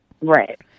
Right